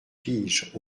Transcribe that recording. piges